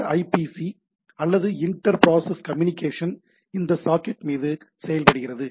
இந்த ஐபிசி அல்லது inter process communication இந்த சாக்கெட் மீது செயல்படுகிறது